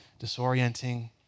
disorienting